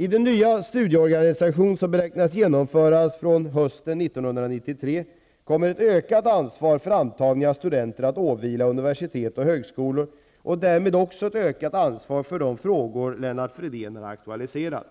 I den nya studieorganisationen, som beräknas kunna införas hösten 1993, kommer ett ökat ansvar för antagning av studenter att åvila universitet och högskolor och därmed också ett ökat ansvar för de frågor Lennart Fridén här aktualiserar.